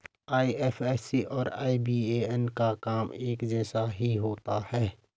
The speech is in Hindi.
आईएफएससी और आईबीएएन का काम एक जैसा ही होता है